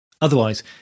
Otherwise